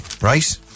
right